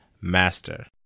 Master